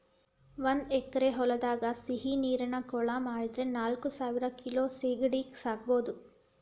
ಒಂದ್ ಎಕರೆ ಹೊಲದಾಗ ಸಿಹಿನೇರಿನ ಕೊಳ ಮಾಡಿದ್ರ ನಾಲ್ಕಸಾವಿರ ಕಿಲೋ ಸೇಗಡಿ ಸಾಕಬೋದು